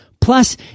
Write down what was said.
Plus